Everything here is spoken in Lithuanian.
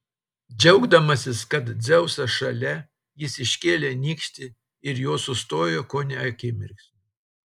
džiaugdamasis kad dzeusas šalia jis iškėlė nykštį ir jos sustojo kone akimirksniu